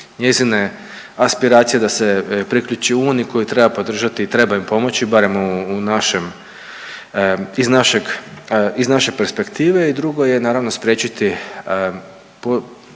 njezine aspiracije da se priključi uniji koju treba podržati i treba im pomoći barem u našem, iz našeg, iz naše perspektive i drugo je naravno spriječiti potencijalne